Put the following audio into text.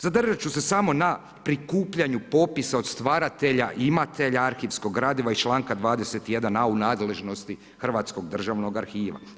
Zadržat ću se samo na prikupljanju popisa od stvaratelja, imatelja arhivskog gradiva iz članka 21a u nadležnosti Hrvatskog državnog arhiva.